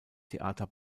theater